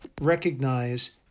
recognize